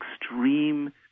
extreme